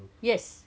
yes